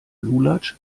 lulatsch